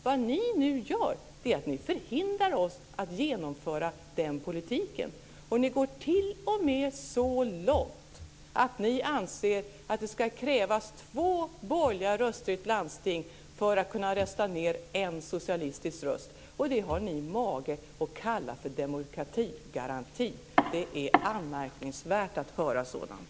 Vad ni nu gör är att ni förhindrar oss att genomföra den politiken. Ni går t.o.m. så långt att ni anser att det ska krävas två borgerliga röster i ett landsting för att kunna rösta ned en socialistisk. Detta har ni mage att kalla för demokratigaranti. Det är anmärkningsvärt att höra sådant.